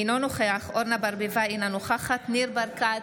אינו נוכח אורנה ברביבאי, אינה נוכחת ניר ברקת,